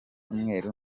mweru